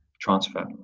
transfer